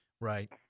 Right